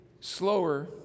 slower